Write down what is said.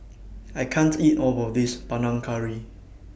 I can't eat All of This Panang Curry